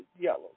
yellows